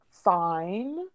fine